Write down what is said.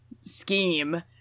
scheme